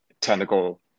technical